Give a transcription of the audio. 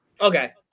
Okay